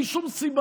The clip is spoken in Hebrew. בלי שום סיבה.